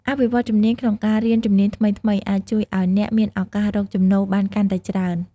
អភិវឌ្ឍជំនាញក្នុងការរៀនជំនាញថ្មីៗអាចជួយឱ្យអ្នកមានឱកាសរកចំណូលបានកាន់តែច្រើន។